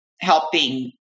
helping